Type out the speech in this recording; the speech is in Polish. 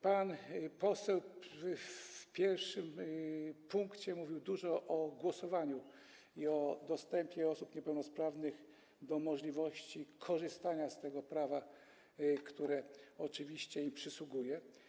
Pan poseł w pierwszym pytaniu mówił dużo o głosowaniu i o dostępie osób niepełnosprawnych do możliwości korzystania z tego prawa, które oczywiście im przysługuje.